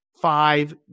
five